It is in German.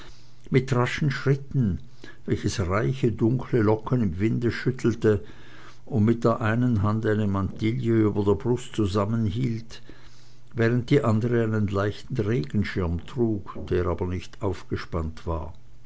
mit raschen schritten welches reiche dunkle locken im winde schüttelte und mit der einen hand eine mantille über der brust zusammenhielt während die andere einen leichten regenschirm trug der aber nicht aufgespannt war